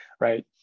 right